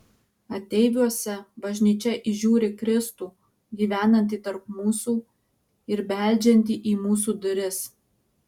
ateiviuose bažnyčia įžiūri kristų gyvenantį tarp mūsų ir beldžiantį į mūsų duris